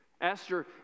Esther